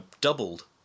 doubled